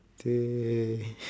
they